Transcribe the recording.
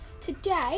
today